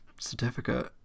certificate